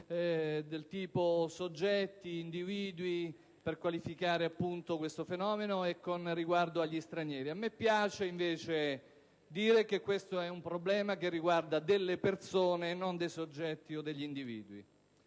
quali «soggetti», «individui» per qualificare questo fenomeno e con riguardo agli stranieri. A me piace, invece, dire che questo è un problema che riguarda delle persone e non dei soggetti o degli individui.